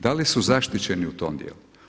Da li su zaštićeni u tom dijelu?